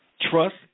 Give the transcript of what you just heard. trust